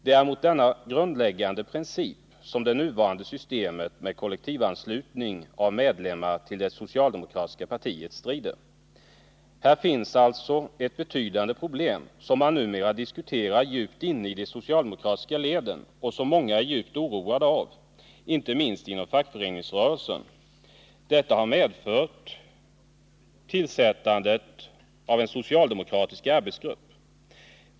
Det är mot denna grundläggande princip som det nuvarande systemet med kollektivanslutning av medlemmar till det socialdemokratiska partiet strider. Här finns alltså ett betydande problem som man numera diskuterar djupt inne i de socialdemokratiska leden och som många är djupt oroade av, inte minst inom fackföreningsrörelsen. Detta har medfört tillsättandet av en socialdemokratisk arbetsgrupp.